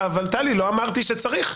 לא אמרתי שצריך.